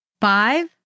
Five